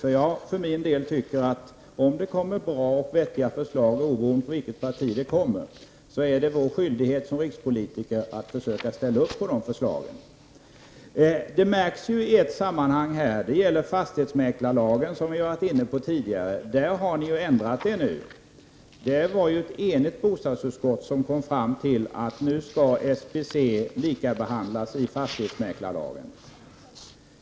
För min del anser jag att om det kommer bra och vettiga förslag är det vår skyldighet som rikspolitiker att ställa oss bakom de förslagen oavsett från vilket parti de kommer. I ett sammanhang kan vi se detta, och det gäller fastighetsmäklarlagen som vi tidigare har varit inne på. Där har ni ändrat er. Ett enigt bostadsutskott kom fram till att SBC skall likabehandlas i fastighetsmäklarlagen.